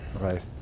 Right